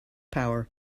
power